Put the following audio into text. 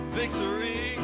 victory